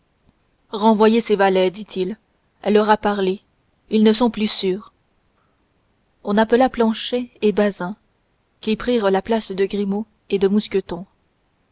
renvoyez ces valets dit-il elle leur a parlé ils ne sont plus sûrs on appela planchet et bazin qui prirent la place de grimaud et de mousqueton